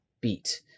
beat